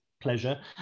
pleasure